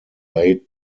late